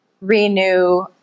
renew